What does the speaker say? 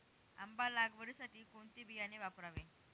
आंबा लागवडीसाठी कोणते बियाणे वापरावे?